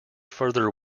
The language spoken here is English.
further